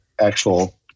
actual